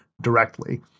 directly